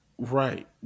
Right